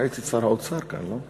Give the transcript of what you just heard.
ראיתי את שר האוצר כאן, לא?